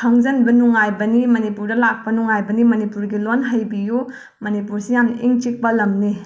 ꯈꯪꯖꯤꯟꯕ ꯅꯨꯡꯉꯥꯏꯕꯅꯤ ꯃꯅꯤꯄꯨꯔꯗ ꯂꯥꯛꯄ ꯅꯨꯡꯉꯥꯏꯕꯅꯤ ꯃꯅꯤꯄꯨꯔꯒꯤ ꯂꯣꯟ ꯍꯩꯕꯤꯌꯨ ꯃꯅꯤꯄꯨꯔꯁꯤ ꯌꯥꯝꯅ ꯏꯪ ꯆꯤꯛꯄ ꯂꯝꯅꯤ